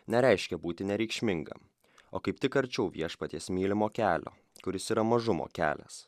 nereiškia būti nereikšmingam o kaip tik arčiau viešpaties mylimo kelio kuris yra mažumo kelias